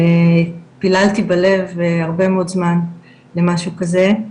פיללתי בלב הרבה מאוד זמן למשהו כזה.